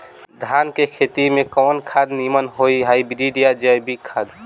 धान के खेती में कवन खाद नीमन होई हाइब्रिड या जैविक खाद?